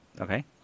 Okay